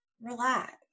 relax